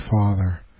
Father